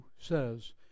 says